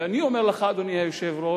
ואני אומר לך, אדוני היושב-ראש,